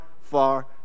far